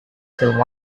still